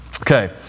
Okay